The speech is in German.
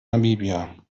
namibia